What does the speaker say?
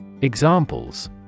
Examples